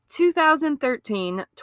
2013